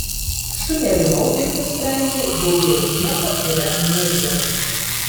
sunerimau ir nusprendžiau daugiau nieko irenai neduoti